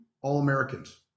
All-Americans